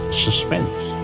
suspense